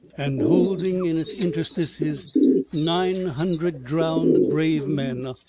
and holding in its interstices nine hundred drowned brave men,